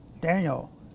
Daniel